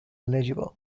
legible